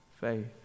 faith